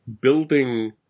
building